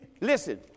listen